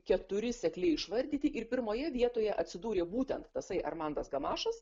keturi sekliai išvardyti ir pirmoje vietoje atsidūrė būtent tasai armandas gamašas